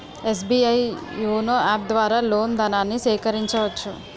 SBI YONO app ద్వారా loan ధనాన్ని సేకరించవచ్చు